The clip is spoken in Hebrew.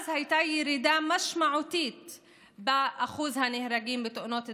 אז הייתה ירידה משמעותית באחוז הנהרגים בתאונות דרכים.